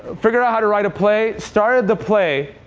figure out how to write a play, started the play